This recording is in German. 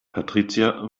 patricia